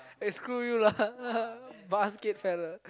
eh screw you lah basket fella